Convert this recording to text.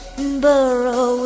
Burrow